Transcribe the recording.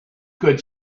could